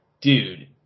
Dude